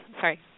sorry